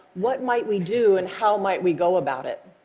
what might we do and how might we go about it?